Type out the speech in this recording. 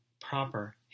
proper